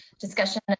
discussion